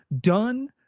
Done